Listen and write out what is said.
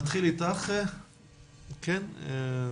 נתחיל איתך, אלין.